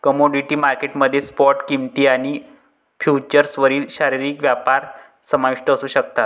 commodity market मध्ये spot किंमती आणि फ्युचर्सवरील शारीरिक व्यापार समाविष्ट असू शकतात